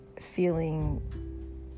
feeling